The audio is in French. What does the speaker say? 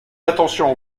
attention